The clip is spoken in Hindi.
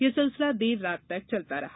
यह सिलसिला देर रात तक चलता रहा